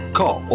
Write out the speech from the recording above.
call